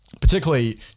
Particularly